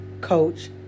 Coach